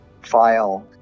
file